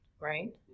right